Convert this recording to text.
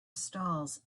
stalls